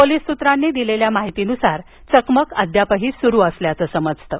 police सूत्रांनी दिलेल्या माहितीनुसार चकमक अद्याप सुरु असल्याचं समजतं